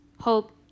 hope